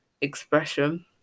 expression